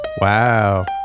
Wow